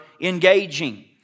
engaging